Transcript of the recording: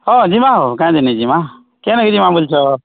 ହଁ ଜିମା ହୋ କାଏ ଯେ ନାଇଁ ଜିମା କେଣେ କି ଜିମା ବୋଲଛ